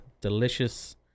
delicious